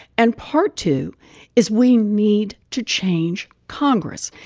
and part two is we need to change congress.